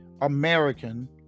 American